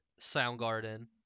Soundgarden